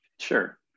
Sure